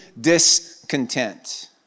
discontent